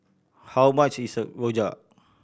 how much is rojak